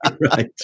right